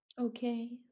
Okay